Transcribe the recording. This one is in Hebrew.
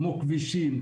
כמו כבישים,